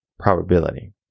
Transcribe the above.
Probability